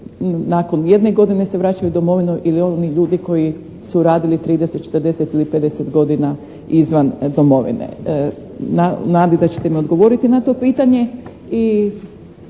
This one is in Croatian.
nakon jedne godine se vraćaju u domovinu ili oni ljudi koji su radili 30, 40 ili 50 godina izvan domovine. U nadi da ćete mi odgovoriti na to pitanje